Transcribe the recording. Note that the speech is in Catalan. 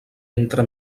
entre